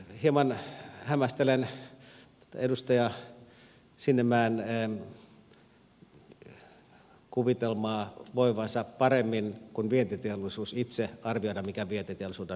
hieman hämmästelen edustaja sinnemäen kuvitelmaa voivansa paremmin kuin vientiteollisuus itse arvioida mikä on vientiteollisuuden intressi